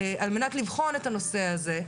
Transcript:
על-מנת לבחון את הנושא הזה,